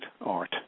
art